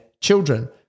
children